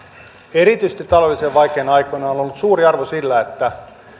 erityisesti taloudellisesti vaikeina aikoina on on ollut suuri arvo sillä että